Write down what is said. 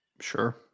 Sure